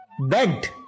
begged